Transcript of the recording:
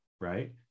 right